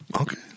Okay